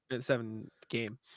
seven-game